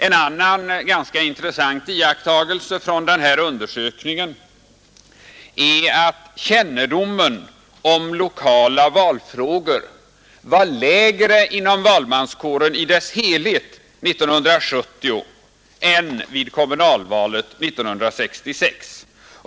En annan ganska intressant iakttagelse från denna undersökning är att kännedomen om lokala valfrågor var lägre inom valmanskåren i dess helhet 1970 än vid kommunalvalet 1966.